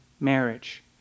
marriage